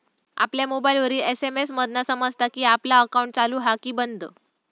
आपल्या मोबाईलवर एस.एम.एस मधना समजता कि आपला अकाउंट चालू हा कि बंद